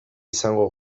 izango